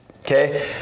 Okay